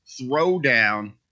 throwdown